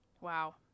Wow